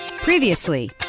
Previously